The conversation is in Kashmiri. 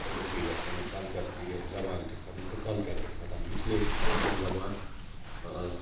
قۄدرَتی گَژھِ تمیُک کَلچَر تہٕ یہِ زَبان تہِ ختم تہٕ کَلچَر تہِ خَتم اِسلیے چھُ کٲشُر زَبان